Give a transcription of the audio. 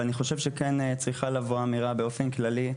אבל אני חושב שכן צריכה לבוא אמירה באופן כללי,